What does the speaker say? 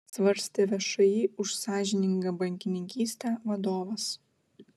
svarstė všį už sąžiningą bankininkystę vadovas